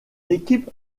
équipe